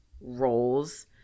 roles